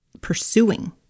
pursuing